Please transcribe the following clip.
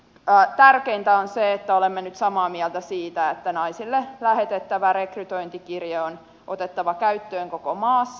mutta tärkeintä on se että olemme nyt samaa mieltä siitä että naisille lähetettävä rekrytointikirje on otettava käyttöön koko maassa